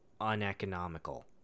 uneconomical